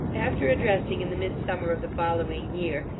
after addressing, in the midsummer of the following year,